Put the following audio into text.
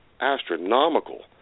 astronomical